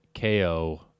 ko